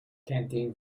canteen